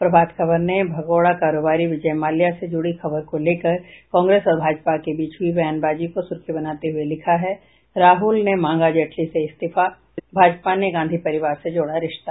प्रभात खबर ने भगौड़ा कारोबारी विजय माल्या से जुड़ी खबर को लेकर कांग्रेस और भाजपा के बीच हई बयानबाजी को सुर्खी बनाते हए लिखा है राहल ने मांगा जेटली का इस्तीफा भाजपा ने गांधी परिवार से जोड़ा रिश्ता